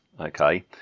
Okay